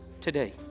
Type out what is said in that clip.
today